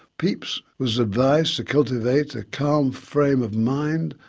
pepys was advised to cultivate a calm frame of mind,